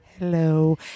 Hello